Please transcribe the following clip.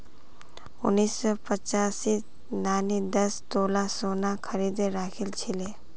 उन्नीस सौ पचासीत नानी दस तोला सोना खरीदे राखिल छिले